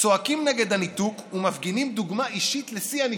צועקים נגד הניתוק ומפגינים דוגמה אישית לשיא הניתוק.